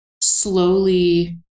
slowly